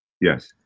Yes